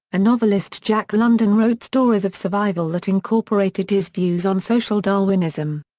novelist jack london wrote stories of survival that incorporated his views on social darwinism.